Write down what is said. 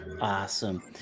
awesome